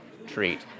treat